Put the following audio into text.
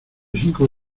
cinco